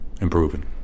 improving